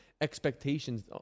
expectations